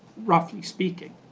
roughly speaking,